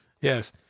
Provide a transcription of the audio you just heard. yes